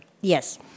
Yes